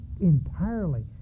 entirely